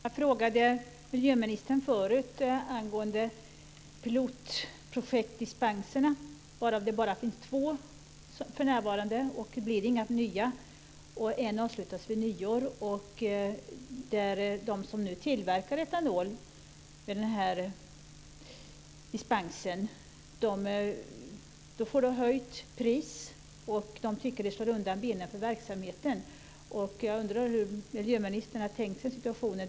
Fru talman! Jag frågade förut miljöministern angående pilotprojektsdispenserna, varav det för närvarande bara finns två. En avslutas vid nyår, och det blir inga nya. De som nu tillverkar etanol med den här dispensen får då höjt pris, och de tycker att det slår undan benen för verksamheten. Jag undrar hur miljöministern har tänkt sig situationen.